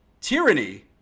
tyranny